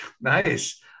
Nice